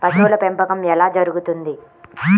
పశువుల పెంపకం ఎలా జరుగుతుంది?